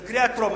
זו קריאה טרומית.